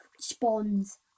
spawns